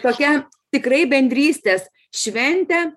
tokia tikrai bendrystės šventę